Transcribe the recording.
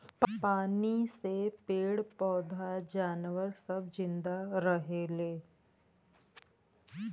पानी से पेड़ पौधा जानवर सब जिन्दा रहेले